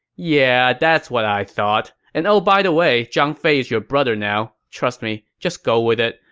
yeah, that's what i thought. and oh by the way, zhang fei is your brother now. trust me. just go with it.